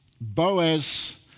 Boaz